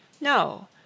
No